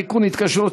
שקולה,